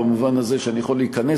במובן הזה שאני יכול להיכנס,